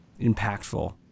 impactful